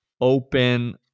open